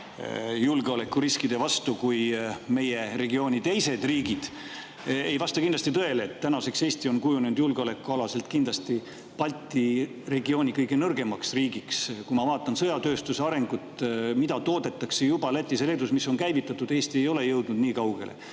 julgeolekuriskideks paremini kui meie regiooni teised riigid, ei vasta kindlasti tõele. Tänaseks on Eesti kujunenud julgeolekualaselt kindlasti Balti regiooni kõige nõrgemaks riigiks. Kui ma vaatan sõjatööstuse arengut, seda, mida toodetakse juba Lätis ja Leedus, mis on käivitatud, siis näen, et Eesti ei ole nii kaugele